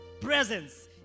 presence